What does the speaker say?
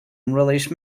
unreleased